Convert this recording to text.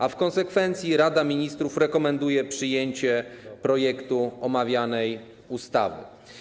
A w konsekwencji Rada Ministrów rekomenduje przyjęcie projektu omawianej ustawy.